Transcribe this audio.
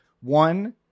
one